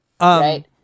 right